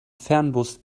fernbus